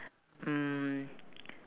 mm